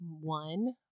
one